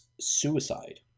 suicide